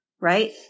right